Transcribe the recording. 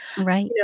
Right